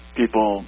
people